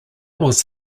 was